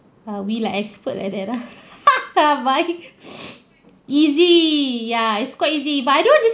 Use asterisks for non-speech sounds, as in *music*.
uh we like expert like that lah *laughs* but I *noise* easy ya it's quite easy but I don't use